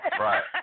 Right